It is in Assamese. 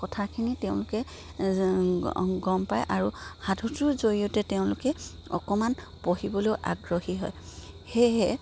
কথাখিনি তেওঁলোকে গম পায় আৰু সাধুতোৰ জৰিয়তে তেওঁলোকে অকমান পঢ়িবলৈ আগ্ৰহী হয় সেয়েহে